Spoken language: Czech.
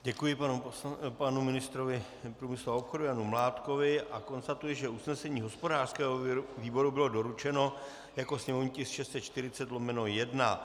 Děkuji panu ministrovi průmyslu a obchodu Janu Mládkovi a konstatuji, že usnesení hospodářského výboru bylo doručeno jako sněmovní tisk 640/1.